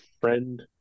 friend